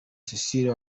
cecile